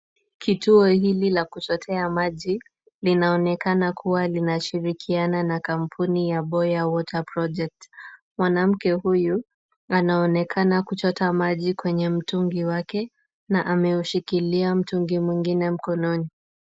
Kituo hili la kuchotea maji, linaonekana kuwa linashirikiana na kampuni ya Boya water project. Mwanamke huyu anaonekana kuchota maji kwenye mtungi wake na ameushikilia mtungi mwingine mkononi.